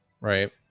Right